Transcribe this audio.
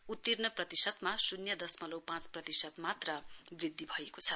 उतीर्ण प्रतिशतमा शून्य दशमलव पाँच प्रतिशत मात्र वृद्धि भएको छ